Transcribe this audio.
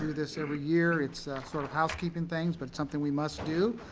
this every year, it's sort of housekeeping things, but something we must do.